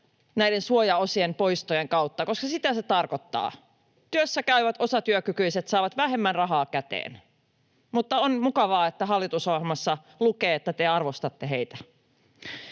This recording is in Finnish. näiden suojaosien poistojen kautta, koska sitä se tarkoittaa. Työssäkäyvät osatyökykyiset saavat vähemmän rahaa käteen. Mutta on mukavaa, että hallitusohjelmassa lukee, että te arvostatte heitä.